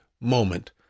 moment